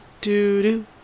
Do-do